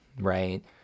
right